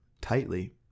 tightly